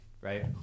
right